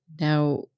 Now